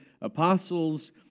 apostles